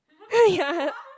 ya